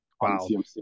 Wow